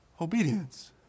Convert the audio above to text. obedience